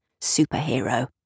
Superhero